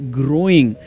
growing